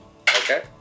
Okay